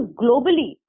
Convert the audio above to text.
globally